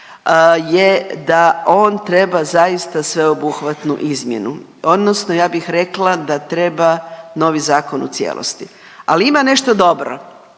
je da on treba zaista sveobuhvatnu izmjenu odnosno ja bih rekla da treba novi zakon u cijelosti, ali ima nešto dobro,